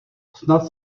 snad